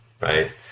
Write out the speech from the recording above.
right